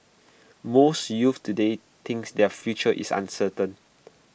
most youths today thinks their future is uncertain